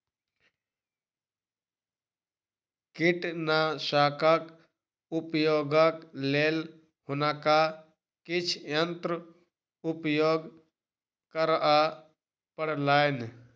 कीटनाशकक उपयोगक लेल हुनका किछ यंत्र उपयोग करअ पड़लैन